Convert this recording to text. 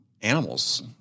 animals